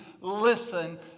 listen